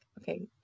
okay